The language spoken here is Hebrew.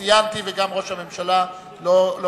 ציינתי, וגם את שמו של ראש הממשלה לא הוספתי,